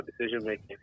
decision-making